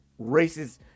racist